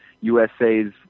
USA's